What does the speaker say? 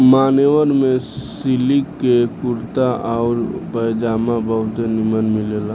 मान्यवर में सिलिक के कुर्ता आउर पयजामा बहुते निमन मिलेला